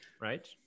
right